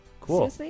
Cool